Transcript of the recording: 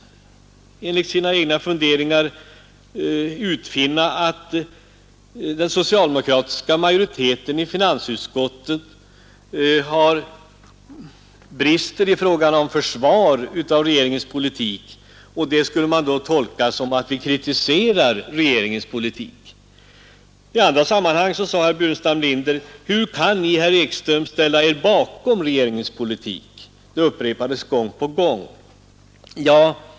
Enligt sina egna funderingar hade han lyckats utfinna att den socialdemokratiska majoriteten i finansutskottet brister i fråga om att försvara regeringens politik, och det skulle man tolka som att vi kritiserar den. I andra sammanhang frågar herr Burenstam Linder: Hur kan herr Ekström ställa sig bakom regeringens politik? Det upprepades gång på gång.